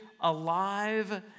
alive